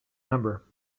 number